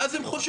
ואז הם חוששים,